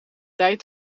tijd